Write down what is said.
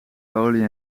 olie